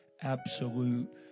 absolute